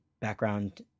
background